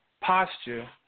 posture